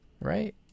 Right